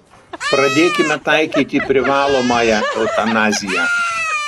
pradėkime taikyti privalomąją eutanaziją